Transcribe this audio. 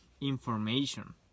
information